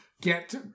get